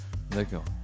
d'accord